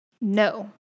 No